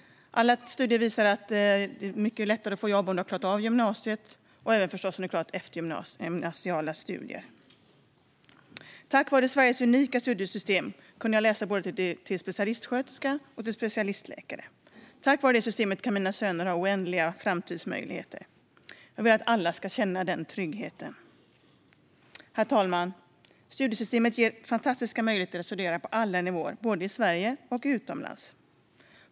Alla studier visar att det är mycket lättare att få ett jobb om man har klarat av gymnasiet och självklart även eftergymnasiala utbildningar. Tack vare Sveriges unika studiestödssystem kunde jag läsa till både specialistsjuksköterska och specialistläkare. Tack vare detta system har mina söner oändliga framtidsmöjligheter. Jag vill att alla ska känna denna trygghet. Herr talman! Studiestödssystemet ger fantastiska möjligheter att studera på alla nivåer både i Sverige och utomlands.